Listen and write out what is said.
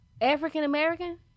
African-American